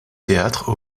théâtre